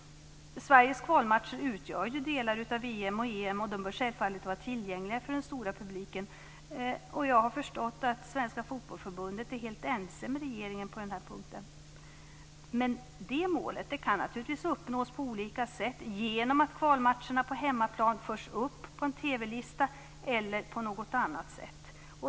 Sveriges kvalmatcher utgör ju delar av VM och EM och bör självfallet vara tillgängliga för den stora publiken. Jag har förstått att Svenska Fotbollförbundet är helt ense med regeringen på den här punkten. Det målet kan naturligtvis uppnås på olika sätt, antingen genom att kvalmatcherna på hemmaplan förs upp på en TV-lista eller på något annat sätt.